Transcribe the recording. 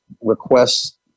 requests